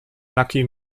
lucky